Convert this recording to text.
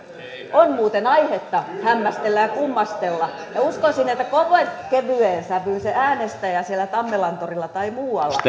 on muuten aihetta hämmästellä ja kummastella uskoisin että kovin kevyeen sävyyn se äänestäjä siellä tammelantorilla tai muualla